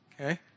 Okay